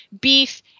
beef